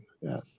Yes